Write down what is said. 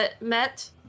met